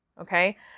okay